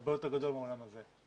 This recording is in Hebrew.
הרבה יותר גדול מהחדר שלנו פה.